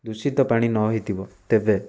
ଦୂଷିତ ପାଣି ନ ହେଇଥିବ ତେବେ